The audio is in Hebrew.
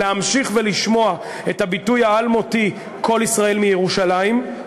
להמשיך ולשמוע את הביטוי האלמותי "קול ישראל מירושלים".